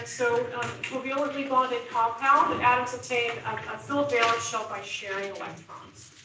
so covalently bonded compound, atoms obtain a full valence shell by sharing electrons.